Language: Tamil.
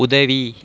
உதவி